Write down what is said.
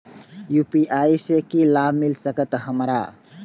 UPI से की लाभ मिल सकत हमरा?